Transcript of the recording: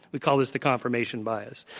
we call this the confirmation bias.